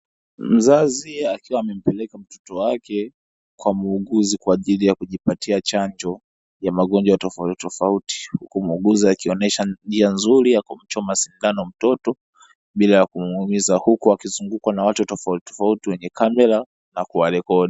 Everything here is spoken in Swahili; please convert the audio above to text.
Mzazi akiwa ampeleka mtoto wake kwa muuguzi kwa ajili ya kujipatia chanjo ya magonjwa tofautitofauti, huku muuguzi akionyesha njia nzuri ya kumchoma sindano mtoto, bila ya kumuumiza huku akizungukwa na watu tofautitofauti wenye kamera na kuwarekodi.